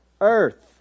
earth